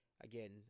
again